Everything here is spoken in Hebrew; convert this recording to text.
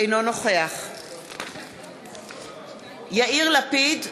אינו נוכח יאיר לפיד,